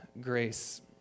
grace